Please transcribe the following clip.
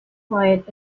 quiet